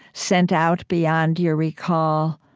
sent out beyond your recall,